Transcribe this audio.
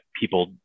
people